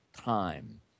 time